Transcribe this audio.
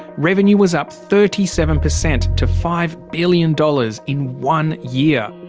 revenue was up thirty seven per cent to five billion dollars in one year.